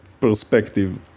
perspective